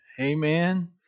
Amen